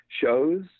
shows